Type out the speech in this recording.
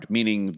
Meaning